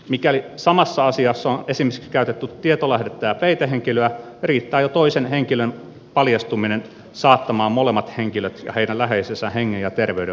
mikäli samassa asiassa on esimerkiksi käytetty tietolähdettä ja peitehenkilöä riittää jo toisen henkilön paljastuminen saattamaan molemmat henkilöt ja heidän läheisensä hengen ja terveyden vaaraan